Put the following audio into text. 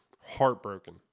Heartbroken